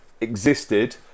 existed